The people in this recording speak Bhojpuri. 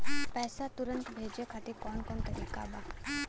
पैसे तुरंत भेजे खातिर कौन तरीका बा?